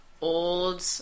old